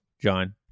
John